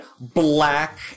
black